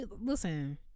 Listen